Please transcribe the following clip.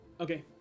Okay